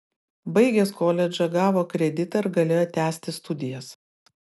baigęs koledžą gavo kreditą ir galėjo tęsti studijas